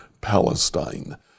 Palestine